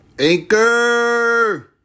Anchor